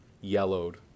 yellowed